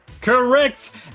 Correct